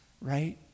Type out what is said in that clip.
right